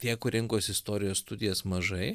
tie kur rinkosi istorijos studijas mažai